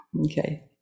Okay